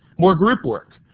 more group work.